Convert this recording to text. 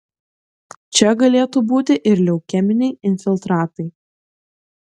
čia galėtų būti ir leukeminiai infiltratai